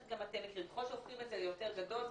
ככל שהופכים את זה ליותר גדול,